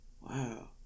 Wow